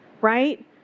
right